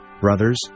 brothers